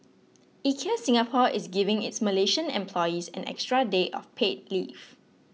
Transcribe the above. IKEA Singapore is giving its Malaysian employees an extra day of paid leave